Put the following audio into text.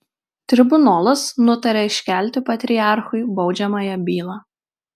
tribunolas nutaria iškelti patriarchui baudžiamąją bylą